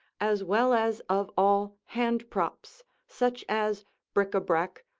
as well as of all hand-props, such as bric-a-brac,